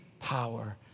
power